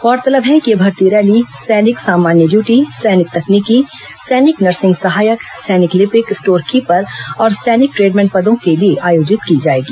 गौरतलब है कि यह भर्ती रैली सैनिक सामान्य डयूटी सैनिक तकनीकी सैनिक नर्सिंग सहायक सैनिक लिपिक स्टोर कीपर और सैनिक ट्रेडमेन पदों के लिए आयोजित की जाएगी